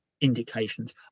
indications